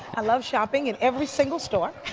i love shopping in every single store.